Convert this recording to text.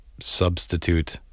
substitute